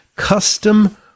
custom